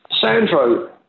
Sandro